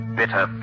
bitter